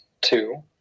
two